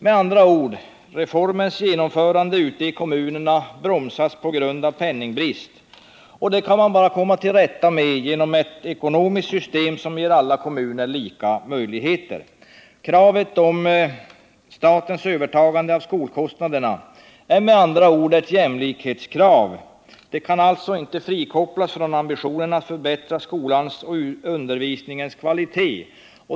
Med andra ord: Reformens genomförande ute i kommunerna bromsas av penningbrist. Och det kan man bara komma till rätta med genom ett ekonomiskt system som ger alla kommuner lika möjligheter. Kravet på statens övertagande av skolkostnaderna är med andra ord ett jämlikhetskrav. Det kan alltså inte frikopplas från ambitionerna att förbättra skolans och undervisningens kvalitet.